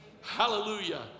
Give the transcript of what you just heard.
Hallelujah